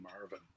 Marvin